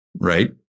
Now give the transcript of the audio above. right